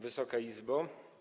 Wysoka Izbo!